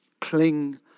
cling